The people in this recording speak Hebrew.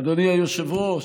אדוני היושב-ראש,